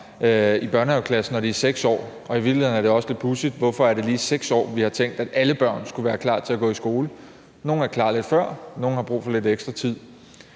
i børnehaveklassen, når de er 6 år. I virkeligheden er det også lidt pudsigt, hvorfor det lige er ved 6 år, vi har tænkt at alle børn skulle være klar til at gå i skole. Nogle er klar lidt før, nogle har brug for lidt ekstra tid.